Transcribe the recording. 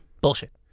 Bullshit